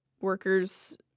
workers